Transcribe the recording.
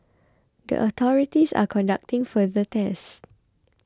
the authorities are conducting further tests